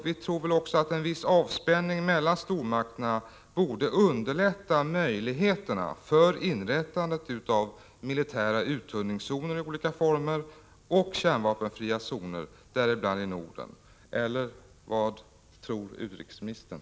Vi tror att en viss avspänning mellan stormakterna borde underlätta inrättandet av militära uttunningszoner i olika former och kärnvapenfria zoner, däribland i Norden. Eller vad tror utrikesministern?